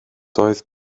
doedd